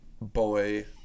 boy